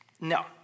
No